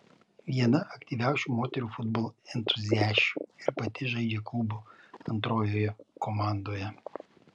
viena aktyviausių moterų futbolo entuziasčių ir pati žaidžia klubo antrojoje komandoje